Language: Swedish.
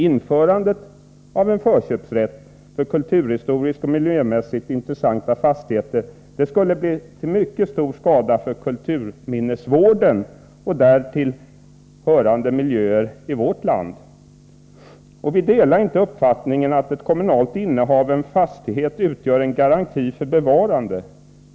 Om man införde en förköpsrätt för kulturhistoriskt och miljömässigt intressanta fastigheter, skulle det vara till mycket stor skada för kulturminnesvården och därtill hörande miljöer i vårt land. Vi delar inte uppfattningen att ett kommunalt innehav av en fastighet utgör en garanti för bevarande.